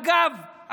אגב,